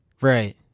Right